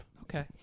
Okay